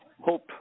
Hope